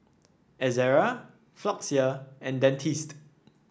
Ezerra Floxia and Dentiste